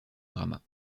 gramat